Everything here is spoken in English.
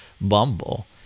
Bumble